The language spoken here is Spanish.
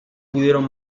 pudieron